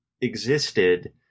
existed